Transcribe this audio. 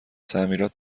تعمیرات